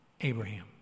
Abraham